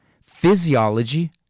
physiology